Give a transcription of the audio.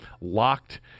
locked